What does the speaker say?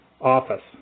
office